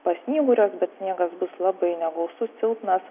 pasnyguriuos bet sniegas bus labai negausus silpnas